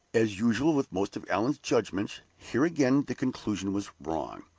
as usual with most of allan's judgments, here again the conclusion was wrong.